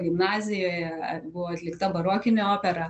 gimnazijoje buvo atlikta barokinė opera